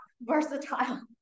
versatile